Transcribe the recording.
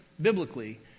biblically